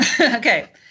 Okay